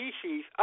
species